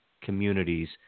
communities